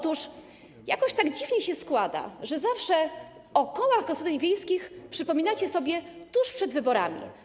Otóż jakoś tak dziwnie się składa, że zawsze o kołach gospodyń wiejskich przypominacie sobie tuż przed wyborami.